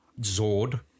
Zord